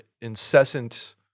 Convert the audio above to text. incessant